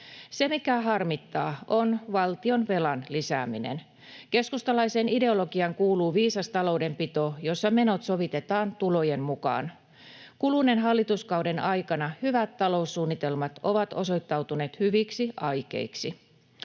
Se, mikä harmittaa, on valtionvelan lisääminen. Keskustalaiseen ideologiaan kuuluu viisas taloudenpito, jossa menot sovitetaan tulojen mukaan. Kuluneen hallituskauden aikana hyvät taloussuunnitelmat ovat osoittautuneet hyviksi aikeiksi.